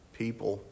people